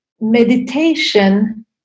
meditation